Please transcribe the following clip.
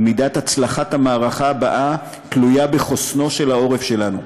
ומידת הצלחת המערכה הבאה תלויה בחוסנו של העורף שלנו.